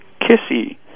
Kissy